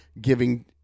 giving